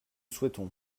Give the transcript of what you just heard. souhaitons